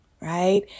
right